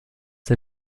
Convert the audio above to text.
der